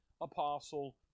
apostle